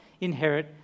inherit